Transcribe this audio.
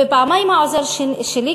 ופעמיים העוזר שלי.